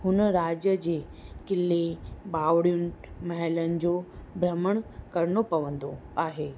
हुन राज्य जे क़िले बाउड़ियुनि महिलनि जो भ्रमण करिणो पवंदो आहे